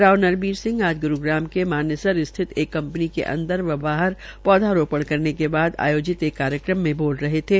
राव नरवीर सिंह न आज ग्रूग्राम के मानेसर स्थित एक कंपनी के अंदर व बाहर पौधारोपण करने के बाद आयोजित एक कार्यक्रम में बोल रहे थें